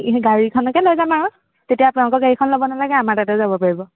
গাড়ীখনকে লৈ যাম আৰু তেতিয়া আপোনোলোকৰ গাড়ীখন ল'ব নালাগে আমাৰ তাতে যাব পাৰিব